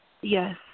Yes